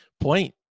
point